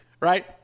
right